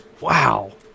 Wow